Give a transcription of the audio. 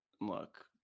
look